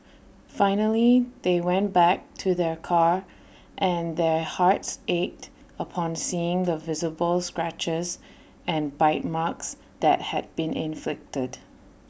finally they went back to their car and their hearts ached upon seeing the visible scratches and bite marks that had been inflicted